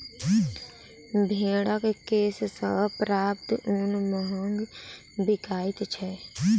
भेंड़क केश सॅ प्राप्त ऊन महग बिकाइत छै